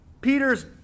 Peter's